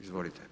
Izvolite.